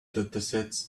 dataset